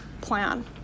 plan